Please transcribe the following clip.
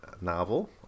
novel